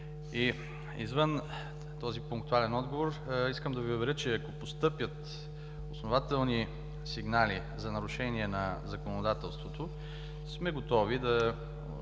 Извън този пунктуален отговор, искам да Ви уверя, че ако постъпят основателни сигнали за нарушение на законодателството, сме готови да